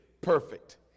perfect